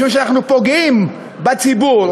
משום שאנחנו פוגעים בציבור,